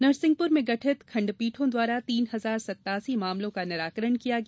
नरसिंहपुर में गठित खण्डपीठों द्वारा तीन हजार सतासी मामलों का निराकरण किया गया